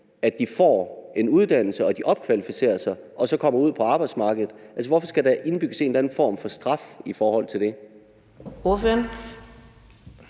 at de får en uddannelse, og at de opkvalificerer sig og så kommer ud på arbejdsmarkedet? Altså, hvorfor skal der indbygges en eller anden form for straf i forhold til det?